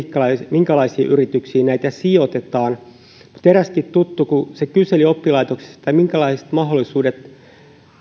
minkälaisiin yrityksiin näitä sijoitetaan mutta eräskin tuttu kun kyseli oppilaitoksista minkälaiset mahdollisuudet